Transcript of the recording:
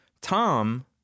Tom